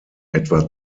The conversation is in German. etwa